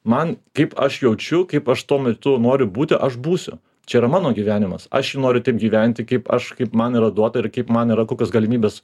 man kaip aš jaučiu kaip aš tuo metu noriu būti aš būsiu čia yra mano gyvenimas aš jį noriu taip gyventi kaip aš kaip man yra duota ir kaip man yra kokios galimybės